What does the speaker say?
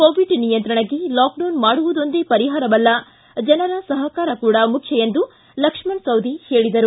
Covid ನಿಯಂತ್ರಣಕ್ಕೆ lockdown ಮಾಡುವುದೊಂದೆ ಪರಿಹಾರವಲ್ಲ ಜನರ ಸಹಕಾರ ಕೂಡ ಮುಖ್ಯ ಎಂದು ಲಕ್ಷ್ಮಣ ಸವದಿ ಹೇಳಿದರು